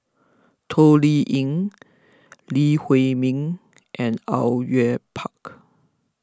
Toh Liying Lee Huei Min and Au Yue Pak